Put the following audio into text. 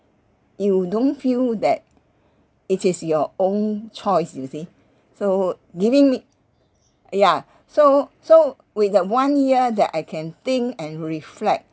you don't feel that it is your own choice you see so giving me a so so with the one year that I can think and reflect